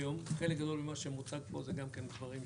היום חלק גדול ממה שמוצג פה זה גם כן דברים,